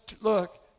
look